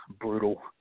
brutal